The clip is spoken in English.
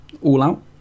all-out